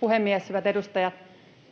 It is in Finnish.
puhemies! Hyvät edustajat!